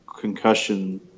concussion